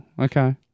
okay